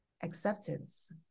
acceptance